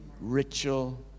ritual